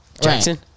Jackson